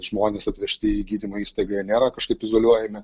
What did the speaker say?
žmonės atvežti į gydymo įstaigą jie nėra kažkaip izoliuojami